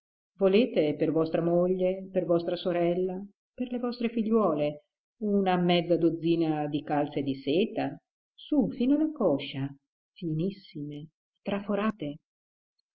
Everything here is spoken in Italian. volete per vostra moglie per vostra sorella per le vostre figliuole una mezza dozzina di calze di seta su fino alla coscia finissime traforate